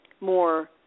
more